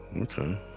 Okay